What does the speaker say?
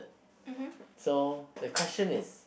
so the question is